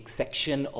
section